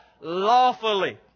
lawfully